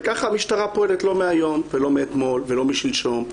וככה המשטרה פועלת לא מהיום ולא מאתמול ולא משלשום.